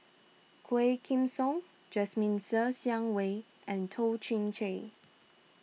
Quah Kim Song Jasmine Ser Xiang Wei and Toh Chin Chye